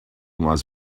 was